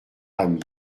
ami